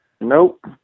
Nope